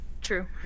True